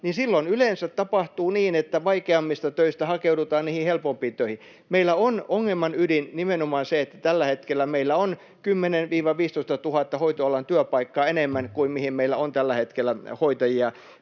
niin silloin yleensä tapahtuu niin, että vaikeammista töistä hakeudutaan niihin helpompiin töihin. Meillä on ongelman ydin nimenomaan se, että tällä hetkellä meillä on 10 000—15 000 hoitoalan työpaikkaa enemmän kuin mihin meillä on tällä hetkellä hoitajia